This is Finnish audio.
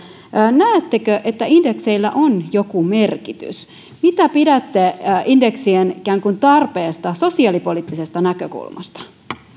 näettekö että indekseillä on joku merkitys mitä pidätte indeksien ikään kuin tarpeesta sosiaalipoliittisesta näkökulmasta